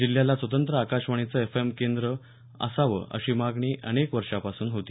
जिल्ह्याला स्वतंत्र आकाशवाणीचं एफ एम केंद्र असावं अशी मागणी अनेक वर्षांपासून होती